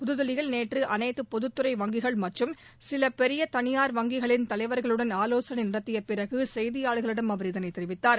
புதுதில்லியில் நேற்று அனைத்து பொதுத்துறை வங்கிகள் மற்றும் சில பெரிய தனியாா் வங்கிகளின் தலைவர்களுடன் ஆலோசனை நடத்தியப் பிறகு செய்தியாளர்களிடம் அவர் இதனைத் தெரிவித்தார்